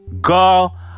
Girl